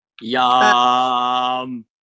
Yum